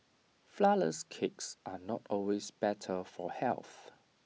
Flourless Cakes are not always better for health